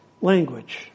language